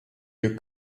your